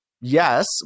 Yes